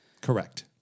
Correct